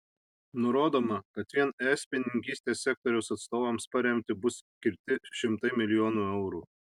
nurodoma kad vien es pienininkystės sektoriaus atstovams paremti bus skirti šimtai milijonų eurų